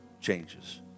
changes